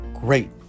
great